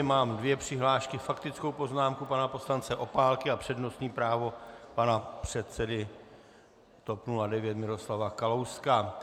Mám dvě přihlášky, faktickou poznámku pana poslance Opálky a přednostní právo pana předsedy TOP 09 Miroslava Kalouska.